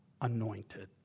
anointed